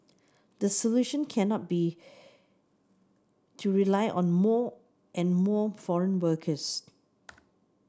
the solution cannot be to rely on more and more foreign workers